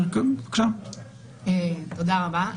תודה רבה.